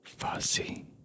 Fuzzy